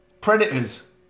Predators